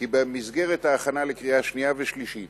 כי במסגרת ההכנה לקריאה שנייה ולקריאה שלישית